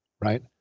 Right